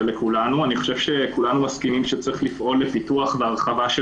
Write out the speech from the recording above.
כולנו מסכימים שצריך לפעול בפיתוח והרחבה של